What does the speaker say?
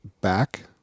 back